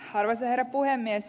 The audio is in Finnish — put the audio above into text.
arvoisa herra puhemies